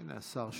הינה, השר שם.